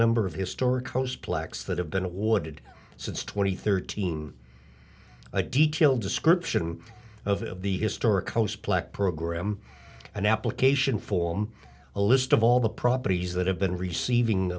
number of historic rose plaques that have been awarded since two thousand and thirteen a detailed description of the historic coast plec program an application form a list of all the properties that have been receiving